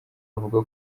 bavuga